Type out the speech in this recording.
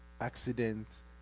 accident